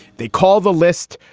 they call the list.